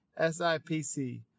sipc